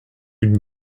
une